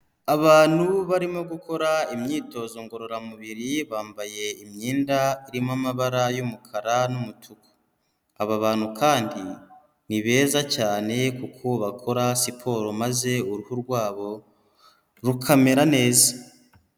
Abantu barimo gukora imyitozo ngororamubiri bambaye imyenda irimo amabara y'umukara n'umutuku, aba bantu kandi ni beza cyane kuko bakora siporo maze uruhu rwabo rukamera neza.